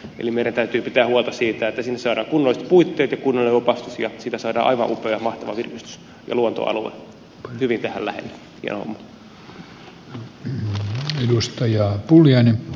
eli meidän täytyy pitää huolta siitä että sinne saadaan kunnolliset puitteet ja kunnollinen opastus ja siitä saadaan aivan upea ja mahtava virkistys ja luontoalue hyvin tähän lähelle ilman muuta